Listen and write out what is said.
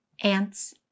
Ants